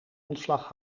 ontslag